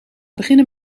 beginnen